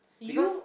because